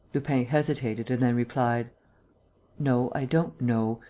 lupin hesitated and then replied no, i don't know.